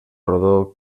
rodó